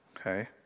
Okay